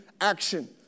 action